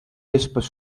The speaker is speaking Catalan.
vespes